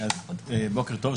בוקר טוב,